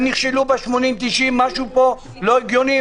אם נכשלו בה 80%-90%, משהו פה לא הגיוני.